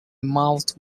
mouth